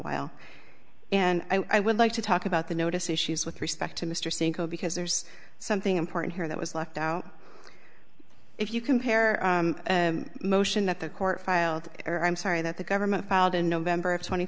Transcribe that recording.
while and i would like to talk about the notice issues with respect to mr siegel because there's something important here that was left out if you compare motion that the court filed or i'm sorry that the government filed in november of twenty